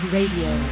Radio